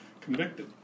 convicted